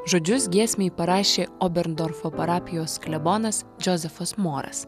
žodžius giesmei parašė oberndorfo parapijos klebonas džozefas moras